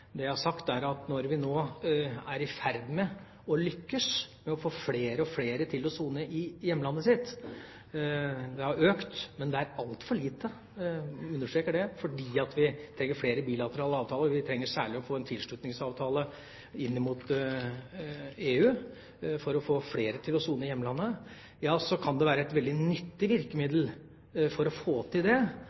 Det jeg har sagt, er at vi nå er i ferd med å lykkes med å få stadig flere til å sone i hjemlandet sitt. Antallet har økt, men det er altfor få – jeg understreker det. Men fordi vi trenger flere bilaterale avtaler, og fordi vi særlig trenger å få en tilslutningsavtale inn mot EU for å få flere til å sone i hjemlandet, kan det være et veldig nyttig virkemiddel at vi bl.a. bruker EØS-finansieringsmekanismer for å